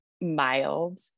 mild